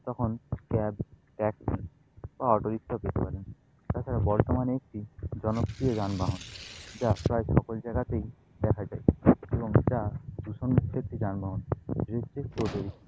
তখন cab taxi বা auto রিক্সাও পেতে পারেন তাছাড়া বর্তমানে একটি জনপ্রিয় যানবাহন যা প্রায় সকল জায়গাতেই দেখা যায় এবং যা দূষণমুক্ত একটি যানবাহন সেটি হচ্ছে টোটো রিক্সা